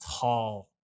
tall